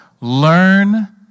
Learn